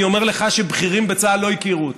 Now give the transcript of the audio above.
אני אומר לך שבכירים בצה"ל לא הכירו אותה.